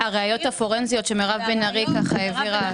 --- הראיות הפורנזיות שמירב בן ארי העבירה,